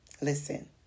Listen